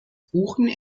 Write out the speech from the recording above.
buchen